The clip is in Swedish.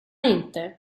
inte